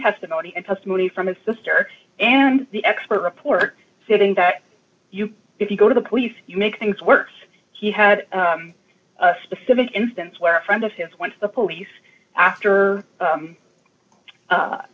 testimony and testimony from his sister and the expert report stating that if you go to the police you make things worse he had a specific instance where a friend of his went to the police after